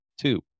two